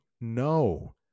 No